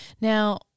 now